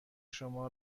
شما